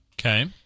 Okay